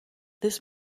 this